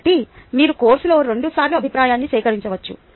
కాబట్టి మీరు కోర్సులో రెండుసార్లు అభిప్రాయాన్ని సేకరించవచ్చు